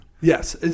Yes